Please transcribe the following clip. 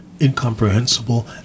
Incomprehensible